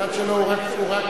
המשרד שלו הוא רק מקשר.